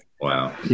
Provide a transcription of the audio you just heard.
Wow